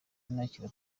nakira